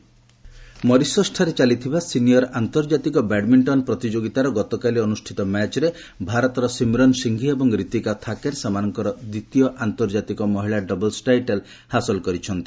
badminton ମରିସସ୍ଠାରେ ଚାଲିଥିବା senior ଆନ୍ତର୍ଜାତିକ ବ୍ୟାଡ୍ମିଣ୍ଟନ ପ୍ରତିଯୋଗିତାର ଗତକାଲି ଅନୁଷ୍ଠିତ ମ୍ୟାଚ୍ରେ ଭାରତର ସିମ୍ରନ୍ ସିଂଘି ଏବଂ ରିତିକା ଥାକେର୍ ସେମାନଙ୍କର ଦ୍ୱିତୀୟ ଆନ୍ତର୍ଜାତିକ ମହିଳା ଡବଲ୍ସ ଟାଇଟଲ୍ ହାସଲ କରିଛନ୍ତି